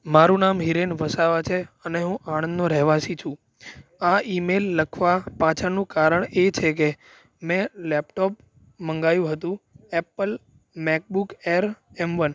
મારું નામ હિરેન વસાવા છે અને હું આણંદનો રહેવાસી છું આ ઈમેલ લખવા પાછળનું કારણ એ છે કે મેં લેપટોપ મંગાવ્યું હતું Apple MacBook Air M one